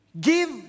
give